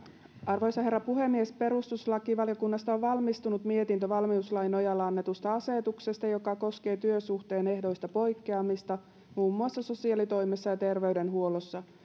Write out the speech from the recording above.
arvoisa herra puhemies perustuslakivaliokunnasta on valmistunut mietintö valmiuslain nojalla annetusta asetuksesta joka koskee työsuhteen ehdoista poikkeamista muun muassa sosiaalitoimessa ja terveydenhuollossa